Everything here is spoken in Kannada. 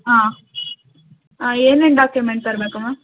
ಹಾಂ ಹಾಂ ಏನೇನು ಡಾಕ್ಯುಮೆಂಟ್ ತರಬೇಕು ಮ್ಯಾಮ್